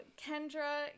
kendra